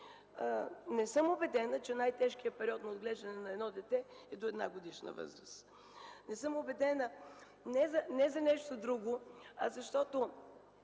Не съм убедена, че най-тежкият период за отглеждането на едно дете е до едногодишна възраст. Не съм убедена не за нещо друго, а защото